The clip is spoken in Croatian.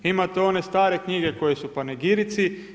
Imate one strane knjige koje su po anegirici.